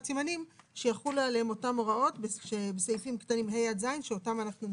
הסימנים שיחולו עליהם אותן הוראות בסעיפים קטנים (ה) עד (ז),